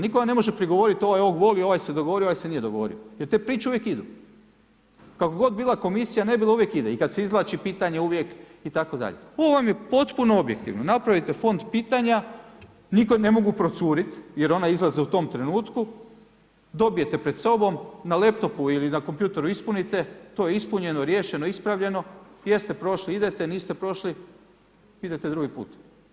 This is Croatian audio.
Nitko vam ne može prigovoriti ovaj ovog voli, ovaj se dogovorio, ovaj se nije dogovorio jer te priče uvijek idu, kakva god bila komisija, ne bila, uvijek ide i kad se izvlači pitanje uvijek itd. ovo vam je potpuno objektivno, napravite fond pitanja, nikad ne mogu procurit jer oni izlaze u tom trenutku, dobijete pred sobom na laptopu ili na kompjuteru ispunite, to je ispunjeno, riješeno, ispravljeno, jeste prošli idete, niste prošli idete drugi put.